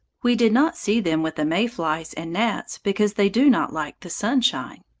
we did not see them with the may-flies and gnats, because they do not like the sunshine.